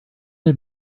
him